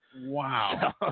wow